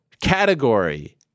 category